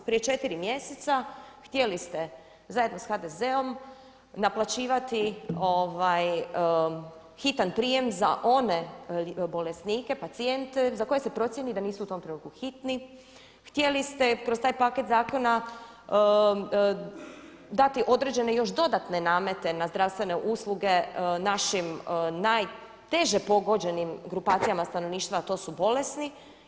Prije 4 mjeseca htjeli ste zajedno da HDZ-om naplaćivati hitan prijem za one bolesnike, pacijente za koje se procijeni da nisu u tom trenutku hitni, htjeli ste kroz taj paket zakona dati određene još dodatne namete na zdravstvene usluge našim najteže pogođenim grupacijama stanovništva a to su bolesni.